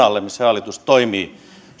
missä hallitus toimii